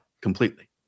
completely